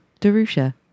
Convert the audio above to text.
Darusha